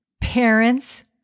parents